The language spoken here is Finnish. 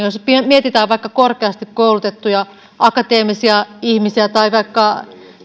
jos mietitään vaikka korkeasti koulutettuja akateemisia ihmisiä tai vaikka